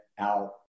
out